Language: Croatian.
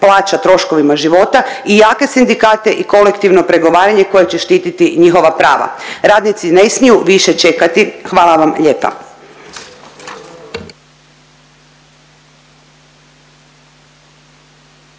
plaća troškovima života i jake sindikate i kolektivno pregovaranje koje će štititi njihova prava. Radnici ne smiju više čekati. Hvala vam lijepa.